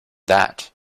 that